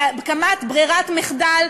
להקמת ברירת מחדל,